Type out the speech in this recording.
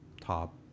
top